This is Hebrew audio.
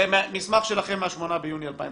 זה מסמך שלכם מה-8 ביוני 2016,